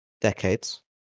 decades